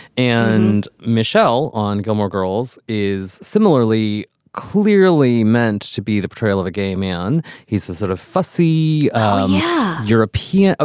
and michelle on gilmore girls is similarly clearly meant to be the portrayal of a gay man he's a sort of fussy yeah europea.